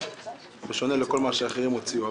בשונה לכל מה שאחרים הוציאו.